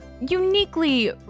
uniquely